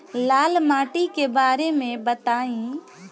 लाल माटी के बारे में बताई